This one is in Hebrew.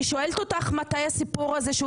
אני שואלת אותך מתי הסיפור הזה,